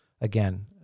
again